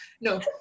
No